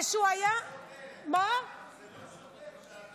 זה שהוא היה --- זה לא סותר.